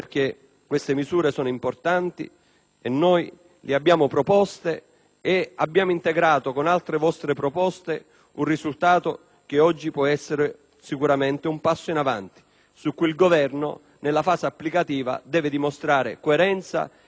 noi le abbiamo proposte e le abbiamo integrate con altre vostre proposte, con un risultato che, oggi, può rappresentare sicuramente un passo in avanti, su cui il Governo, nella fase applicativa, deve dimostrare coerenza e rigore. Ci sono